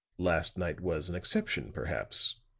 last night was an exception, perhaps,